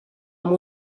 amb